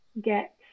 get